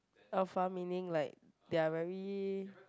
alpha meaning like they're very